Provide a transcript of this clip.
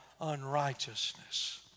unrighteousness